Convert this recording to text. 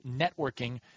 networking